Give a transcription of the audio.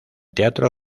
teatro